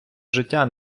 життя